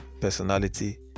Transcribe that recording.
personality